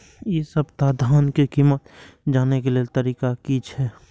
इ सप्ताह धान के कीमत जाने के लेल तरीका की छे?